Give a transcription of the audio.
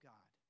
God